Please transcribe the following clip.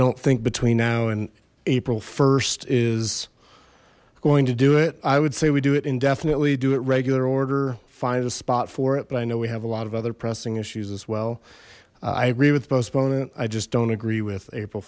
don't think between now and april st is going to do it i would say we do it indefinitely do it regular order find a spot for it but i know we have a lot of other pressing issues as well i agree with the postponement i just don't agree with april